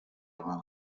abandi